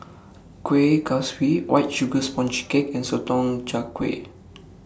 Kuih Kaswi White Sugar Sponge Cake and Sotong Char Kway